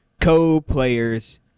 co-players